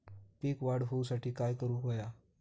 पीक वाढ होऊसाठी काय करूक हव्या?